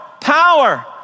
power